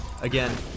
Again